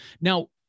Now